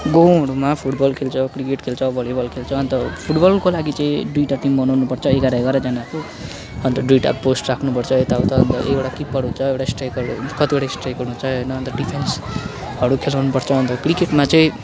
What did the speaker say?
गाउँहरूमा फुटबल खेल्छ क्रिकेट खेल्छ भलिबल खेल्छ अन्त फुटबलको लागि चाहिँ दुइटा टिम बनाउनु पर्छ एघार एघारजनाको अन्त दुइटा पोस्ट राख्नु पर्छ यता उता अन्त एउटा किप्पर हुन्छ एउटा स्ट्राइकर हुन्छ कतिवटा स्ट्राइकर हुन्छ होइन अन्त डिफेन्स हरू खेलाउनु पर्छ अन्त क्रिकेटमा चाहिँ